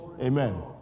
amen